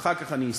ואחר כך אני אסכם.